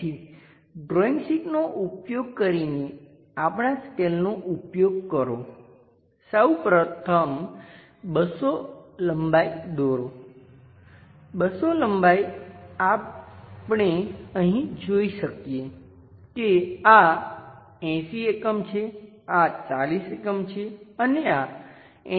તેથી ડ્રોઈંગ શીટનો ઉપયોગ કરીને આપણાં સ્કેલનો ઉપયોગ કરો સૌ પ્રથમ 200 લંબાઈ દોરો 200 લંબાઈ અહીં આપણે જોઈ શકીએ કે આ 80 એકમ છે આ 40 એકમ છે અને આ 80 એકમ છે